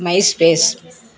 my space